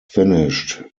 finished